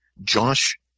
Josh